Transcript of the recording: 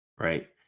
Right